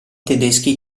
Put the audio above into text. tedeschi